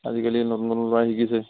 আজিকালি নতুন নতুন ল'ৰাই শিকিছে